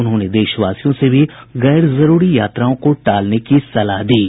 उन्होंने देशवासियों को भी गैर जरूरी यात्राओं को टालने की सलाह दी है